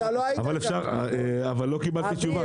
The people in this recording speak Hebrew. אתה לא היית --- אבל לא קיבלתי תשובה כי